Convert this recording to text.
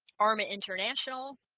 arma international,